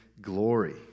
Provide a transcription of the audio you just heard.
glory